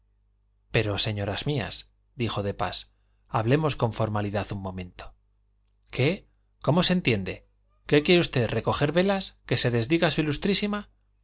pero señoras mías dijo de pas hablemos con formalidad un momento qué cómo se entiende quiere usted recoger velas que se desdiga s